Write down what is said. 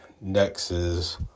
Nexus